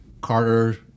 Carter